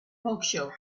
berkshire